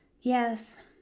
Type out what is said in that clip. Yes